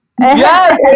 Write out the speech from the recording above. Yes